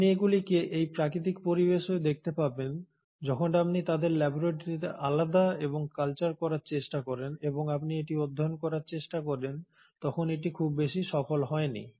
আপনি এগুলিকে এই প্রাকৃতিক পরিবেশেও দেখতে পাবেন যখন আপনি তাদের ল্যাবরেটরীতে আলাদা এবং কালচার করার চেষ্টা করেন এবং আপনি এটি অধ্যয়ন করার চেষ্টা করেন তখন এটি খুব বেশি সফল হয়নি